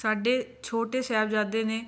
ਸਾਡੇ ਛੋਟੇ ਸਾਹਿਬਜ਼ਾਦੇ ਨੇ